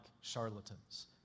charlatans